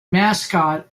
mascot